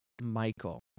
Michael